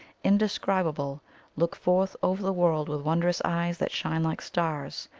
indescribable, look forth over the world with wondrous eyes that shine like stars,